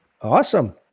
awesome